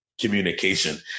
communication